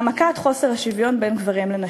העמקת חוסר השוויון בין גברים לנשים,